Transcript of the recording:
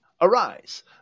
Arise